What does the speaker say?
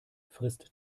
frisst